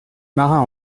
marin